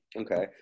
Okay